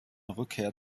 rückkehr